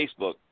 Facebook